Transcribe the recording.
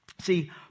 see